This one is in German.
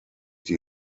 die